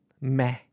Meh